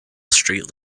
street